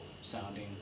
sounding